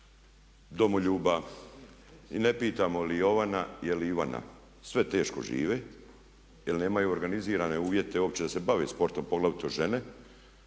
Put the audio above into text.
domoljuba i ne pitamo je li Jovana ili Ivana, sve teško žive jer nemaju organizirane uvjete uopće da se bave sportom, poglavito žene,